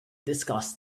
discuss